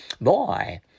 Boy